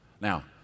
Now